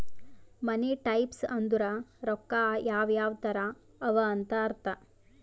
ಮನಿ types ಅಂದುರ್ ರೊಕ್ಕಾ ಯಾವ್ ಯಾವ್ ತರ ಅವ ಅಂತ್ ಅರ್ಥ